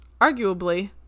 arguably